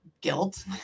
guilt